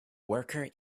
worker